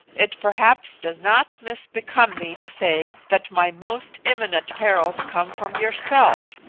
it perhaps does not misbecome me to say that my most imminent perils come from yourself,